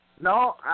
No